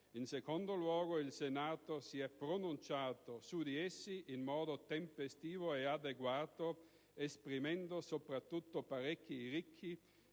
In secondo luogo, il Senato si è pronunciato su di essi in modo tempestivo e adeguato, esprimendo soprattutto pareri ricchi